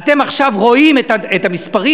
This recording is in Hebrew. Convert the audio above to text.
אתם עכשיו רואים את המספרים,